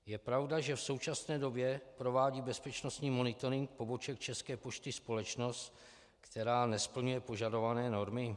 Je pravda, že v současné době provádí bezpečnostní monitoring poboček České pošty společnost, která nesplňuje požadované normy?